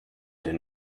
den